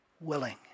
willing